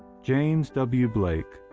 james w. blake,